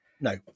No